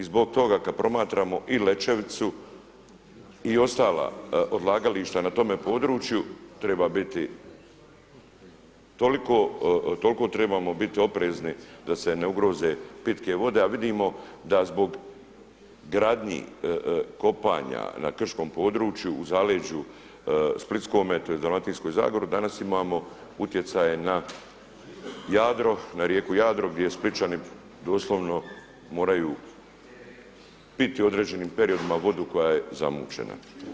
I zbog toga kada promatramo i Lećeviću i ostala odlagališta na tome području treba biti toliko, toliko trebamo biti oprezni da se ne ugroze pitke vode a vidimo da zbog gradnji, kopanja na krškom području, u zaleđu Splitskome, tj. Dalmatinskoj zagori danas imamo utjecaj na Jadro, na rijeku Jadro gdje Splićani doslovno moraju piti u određenim periodima vodu koja je zamućena.